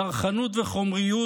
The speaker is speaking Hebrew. צרכנות וחומריות